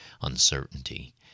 uncertainty